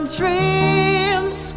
dreams